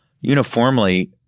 Uniformly